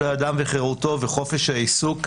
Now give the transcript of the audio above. האדם וחירותו וחוק יסוד: חופש העיסוק,